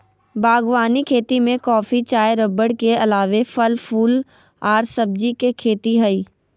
बागवानी खेती में कॉफी, चाय रबड़ के अलावे फल, फूल आर सब्जी के खेती हई